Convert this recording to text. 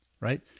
right